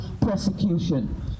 prosecution